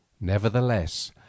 Nevertheless